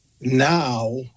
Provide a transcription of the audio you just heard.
Now